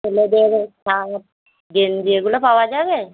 ছেলেদের শার্ট গেঞ্জি এগুলো পাওয়া যাবে